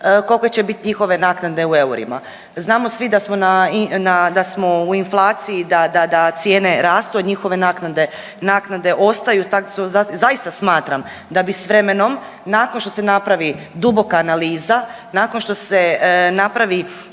koliko će biti njihove naknade u eurima. Znamo svi da smo u inflaciji da cijene rastu, a njihove naknade ostaju zaista smatram da bi s vremenom nakon što se napravi duboka analiza, nakon što se napravi